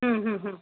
हम्म हम्म हम्म